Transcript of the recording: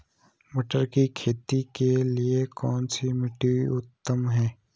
मटर की खेती के लिए कौन सी मिट्टी उत्तम है?